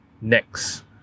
next